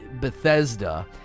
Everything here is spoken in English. Bethesda